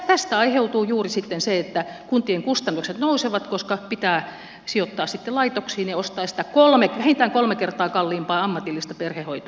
tästä aiheutuu juuri se että kuntien kustannukset nousevat koska pitää sijoittaa sitten laitoksiin ja ostaa sitä vähintään kolme kertaa kalliimpaa ammatillista perhehoitoa